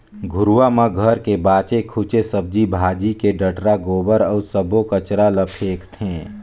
घुरूवा म घर के बाचे खुचे सब्जी भाजी के डठरा, गोबर अउ सब्बो कचरा ल फेकथें